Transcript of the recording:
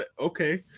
okay